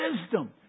wisdom